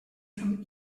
from